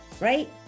right